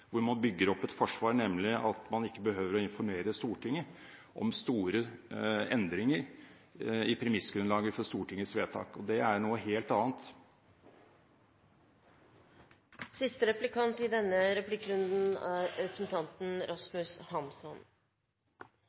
hvor man bygger opp et forsvar, nemlig at man ikke behøver å informere Stortinget om store endringer i premissgrunnlaget for Stortingets vedtak. Det er noe helt annet. Representanten Tetzschner påpeker helt riktig at det viktigste i Riksrevisjonens gjennomgang og i komitébehandlingen er